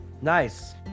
Nice